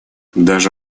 даже